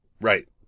Right